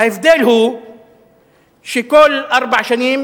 ההבדל הוא שכל ארבע שנים